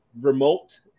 remote